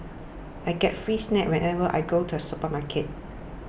I get free snacks whenever I go to the supermarket